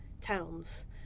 towns